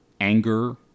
anger